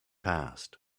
passed